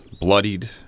bloodied